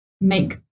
make